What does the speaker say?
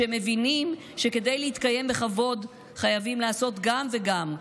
שמבינים שכדי להתקיים בכבוד חייבים לעשות גם וגם,